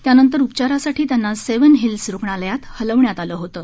त्यानंतर उपचारांसाठी त्यांना सेवन हिल्स रुग्णालयात हलवण्यात आलं होतं